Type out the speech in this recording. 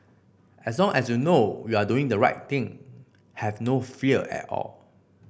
as long as you know you are doing the right thing have no fear at all